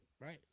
Right